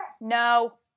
No